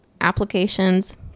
applications